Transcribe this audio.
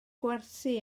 gwersi